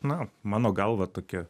na mano galva tokia